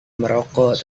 merokok